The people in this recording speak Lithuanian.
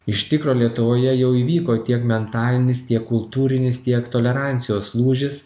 iš tikro lietuvoje jau įvyko tiek mentalinis tiek kultūrinis tiek tolerancijos lūžis